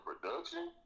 production